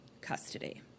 custody